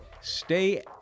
stay